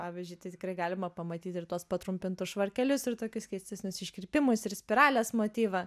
pavyzdžiuitai tikrai galima pamatyt ir tuos patrumpintus švarkelius ir tokius keistesnius iškirpimus ir spiralės motyvą